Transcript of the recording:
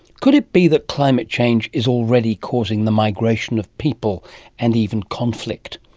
could it be that climate change is already causing the migration of people and even conflict?